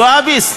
זועבי'ז?